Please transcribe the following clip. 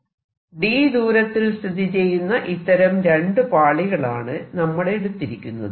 d ദൂരത്തിൽ സ്ഥിതിചെയ്യുന്ന ഇത്തരം രണ്ടു പാളികളാണ് നമ്മൾ എടുത്തിരിക്കുന്നത്